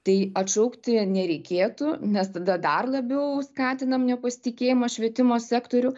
tai atšaukti nereikėtų nes tada dar labiau skatinam nepasitikėjimą švietimo sektorių